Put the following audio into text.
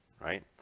right